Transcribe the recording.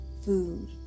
food